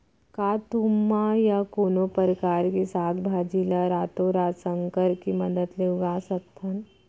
का तुमा या कोनो परकार के साग भाजी ला रातोरात संकर के मदद ले उगा सकथन?